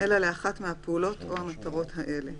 אלא לאחת מהפעולות או המטרות האלה: